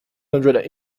hundred